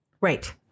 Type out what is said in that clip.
Right